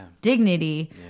dignity